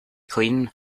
clean